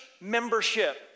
membership